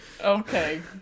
Okay